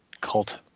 cult